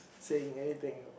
saying anything I want